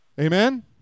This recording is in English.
Amen